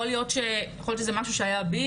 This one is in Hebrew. יכול להיות שזה היה משהו בי,